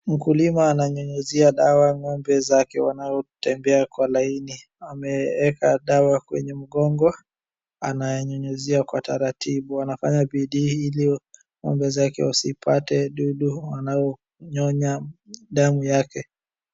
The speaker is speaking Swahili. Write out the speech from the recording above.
Mkulima ananyunyuzia dawa ng'ombe zake wanaotembea kwa laini, ameeka dawa kwenye mgongo ananyunyuzia kwa taratibu anafanya bidii ili ng'ombe zake wasipate dudu wanaonyonya damu yake.